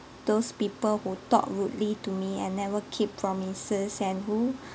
those people who talk rudely to me and never keep promises and